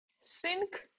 sink